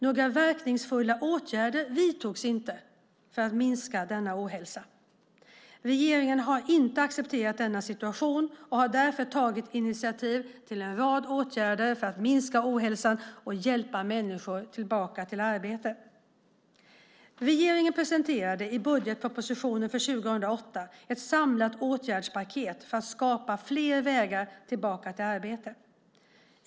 Några verkningsfulla åtgärder vidtogs inte för att minska ohälsan. Regeringen har inte accepterat denna situation och har därför tagit initiativ till en rad åtgärder för att minska ohälsan och hjälpa människor tillbaka i arbete. Regeringen presenterade i budgetpropositionen för 2008 ett samlat åtgärdspaket för att skapa fler vägar tillbaka till arbete.